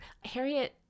Harriet